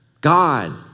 God